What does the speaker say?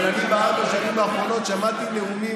אבל בארבע השנים האחרונות שמעתי נאומים